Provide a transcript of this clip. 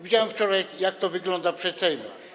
Widziałem wczoraj, jak to wygląda przed Sejmem.